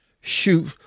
shoot